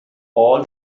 all